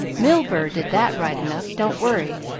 milburgh did that right enough, don't worry!